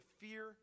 fear